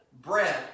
bread